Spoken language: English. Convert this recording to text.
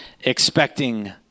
expecting